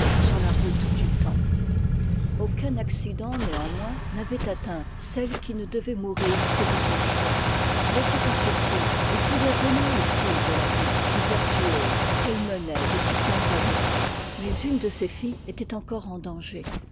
sur la route du temps aucun accident néanmoins n'avait atteint celle qui ne devait mourir que de son choix elle était en sûreté elle pouvait renouer te fil de la vie si vertueuse qu'elle menait depuis quinze années mais une de ses filles était encore en danger